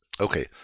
Okay